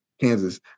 Kansas